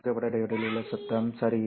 புகைப்பட டையோடில் உள்ள சத்தம் சரி